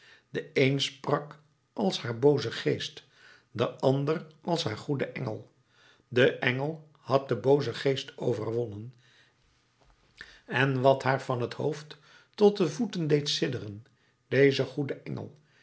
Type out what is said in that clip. de een sprak als haar booze geest de ander als haar goede engel de engel had den boozen geest overwonnen en wat haar van het hoofd tot de voeten deed sidderen deze goede engel